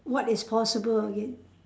what is possible again